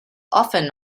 often